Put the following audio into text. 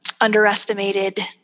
underestimated